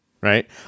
Right